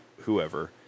whoever